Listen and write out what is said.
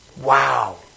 Wow